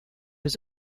his